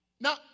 Now